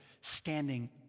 standing